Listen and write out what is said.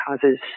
causes